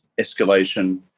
escalation